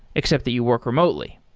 except that you work remotely.